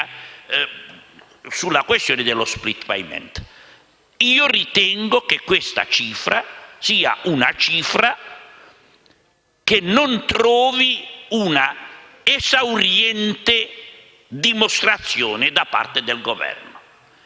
che non trovi una esauriente dimostrazione da parte del Governo; ritengo inoltre che questa cifra sia esageratamente valutata perché, per un verso,